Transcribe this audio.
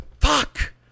Fuck